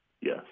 yes